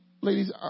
ladies